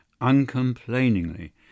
uncomplainingly